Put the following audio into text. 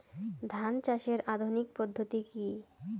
ধান চাষের আধুনিক পদ্ধতি কি?